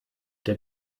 der